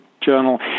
journal